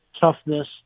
toughness